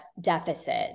deficit